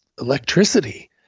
electricity